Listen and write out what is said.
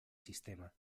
sistema